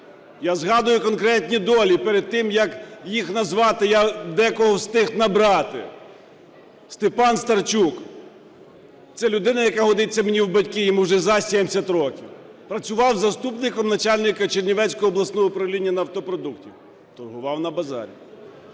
Я згадую конкретні долі. Перед тим, як їх назвати, я декого встиг набрати. Степан Старчук. Це людина, яка годиться мені в батьки, йому вже за 70 років. Працював заступником начальника Чернівецького обласного управління нафтопродуктів, торгував на базарі.